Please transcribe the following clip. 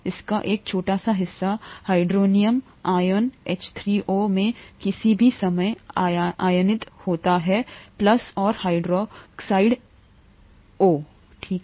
इसका एक छोटा सा हिस्सा हाइड्रोनियम आयनों H3Oमें किसी भी समय आयनित होता है और हाइड्रोक्साइड ओह ठीक है